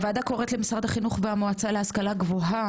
הוועדה קוראת למשרד החינוך והמועצה להשכלה גבוהה,